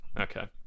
Okay